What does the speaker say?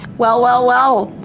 well well well,